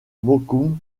mokoum